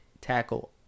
tackle